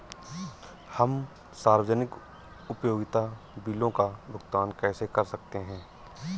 हम सार्वजनिक उपयोगिता बिलों का भुगतान कैसे कर सकते हैं?